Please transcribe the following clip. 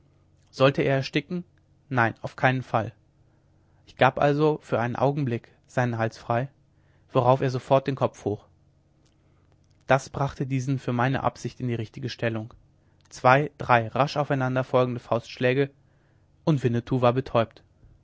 sollte er ersticken nein auf keinen fall ich gab also für einen augenblick seinen hals frei worauf er sofort den kopf hob das brachte diesen für meine absicht in die richtige stellung zwei drei rasch aufeinander folgende faustschläge und winnetou war betäubt